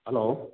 hello